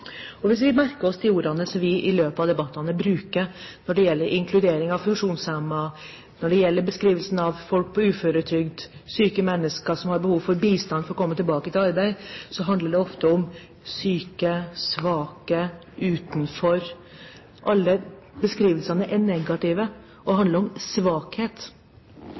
Og hvis vi merker oss de ordene som vi i løpet av debatten bruker når det gjelder inkludering av funksjonshemmede, når det gjelder beskrivelsen av folk på uføretrygd, syke mennesker som har behov for bistand for å komme tilbake i arbeid, handler det ofte om syke, svake, utenfor – alle beskrivelsene er negative og handler om svakhet.